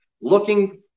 Looking